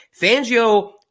Fangio